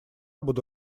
буду